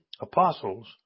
apostles